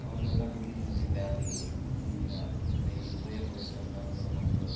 যেমন ধরুন আমি দিল্লিতে বেড়াতে গেছি কুতুবমিনার প্রথমে এগুলো বইয়ে পড়েছিলাম যন্তর মন্তর